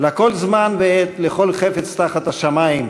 "לכל זמן ועת לכל חפץ תחת השמים",